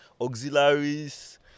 auxiliaries